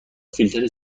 فیلتر